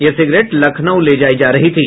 यह सिगरेट लखनऊ ले जायी जा रही थी